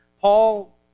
Paul